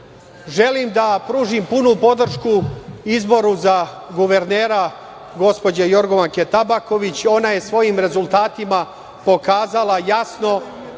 želim da pružim punu podršku izboru za guvernera gospođe Jorgovanke Tabaković. Ona je svojim rezultatima pokazala jasno